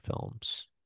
films